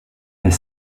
est